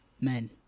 men